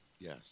Yes